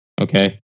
Okay